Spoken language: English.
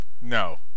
No